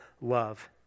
love